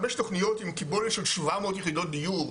חמש תוכניות עם קיבולת של 700 יחידות דיור,